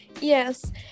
Yes